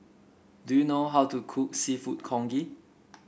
do you know how to cook seafood Congee